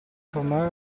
formare